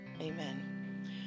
amen